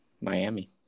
Miami